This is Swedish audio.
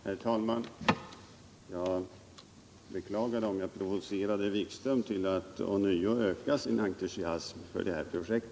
Herr talman! Jag beklagar om jag provocerade Jan-Erik Wikström till att ånyo öka sin entusiasm för detta projekt.